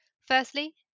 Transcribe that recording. Firstly